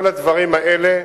כל הדברים האלה,